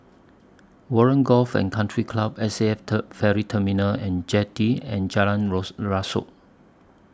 Warren Golf and Country Club S A F Ferry Terminal and Jetty and Jalan Rasok